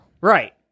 right